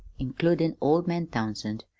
includin' old man townsend,